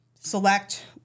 select